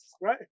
right